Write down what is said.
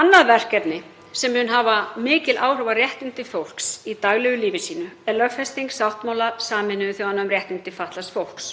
Annað verkefni sem mun hafa mikil áhrif á réttindi fólks í daglegu lífi sínu er lögfesting sáttmála Sameinuðu þjóðanna um réttindi fatlaðs fólks.